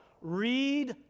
read